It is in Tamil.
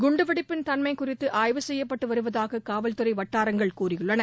குண்டுவெடிப்பின் தன்மை குறித்து ஆய்வு செய்யப்பட்டு வருவதாக காவல்துறை வட்டாரங்கள் கூறியுள்ளன